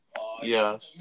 Yes